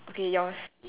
okay yours